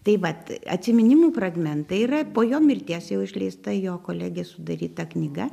tai vat atsiminimų fragmentai yra po jo mirties jau išleista jo kolegės sudaryta knyga